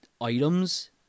items